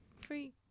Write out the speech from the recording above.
free